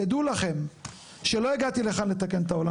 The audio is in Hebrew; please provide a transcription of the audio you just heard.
תדעו לכם שלא הגעתי לכאן לתקן את העולם,